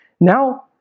Now